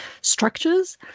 structures